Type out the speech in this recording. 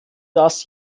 das